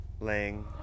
laying